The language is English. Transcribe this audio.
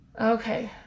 Okay